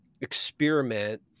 experiment